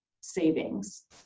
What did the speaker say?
savings